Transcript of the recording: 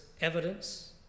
evidence